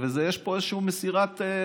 יש פה איזשהו מסירת,